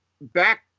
Back